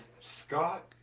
Scott